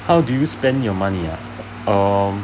how do you spend your money ah um